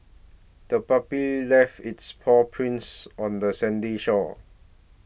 the puppy left its paw prints on the sandy shore